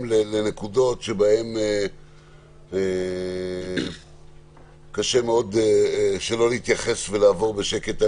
לנקודות שקשה מאוד שלא להתייחס ולעבור עליהן בשקט,